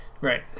Right